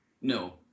no